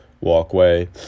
walkway